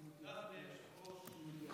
תודה, אדוני היושב-ראש.